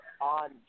on